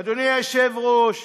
אדוני היושב-ראש,